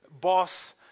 boss